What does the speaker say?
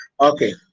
okay